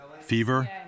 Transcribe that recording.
fever